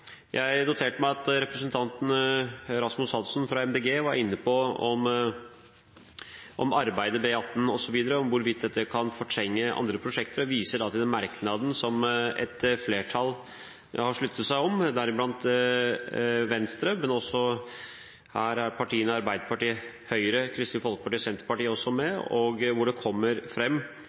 Jeg noterte meg at representanten Rasmus Hansson fra MDG var inne på om hvorvidt arbeidet med E18 osv. kan fortrenge andre prosjekter og viste til merknaden som et flertall har sluttet seg til, deriblant Venstre, men her er også Arbeiderpartiet, Høyre, Kristelig Folkeparti og Senterpartiet